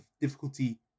difficulty